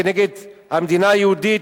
כנגד המדינה היהודית.